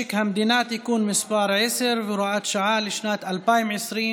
משק המדינה (תיקון מס' 10 והוראת שעה לשנת 2020)